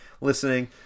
listening